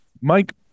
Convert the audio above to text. Mike